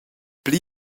pli